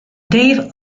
dave